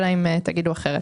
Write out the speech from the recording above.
אלא אם תגידו אחרת.